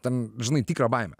ten žinai tikrą baimę